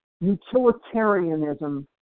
utilitarianism